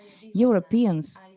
Europeans